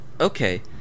Okay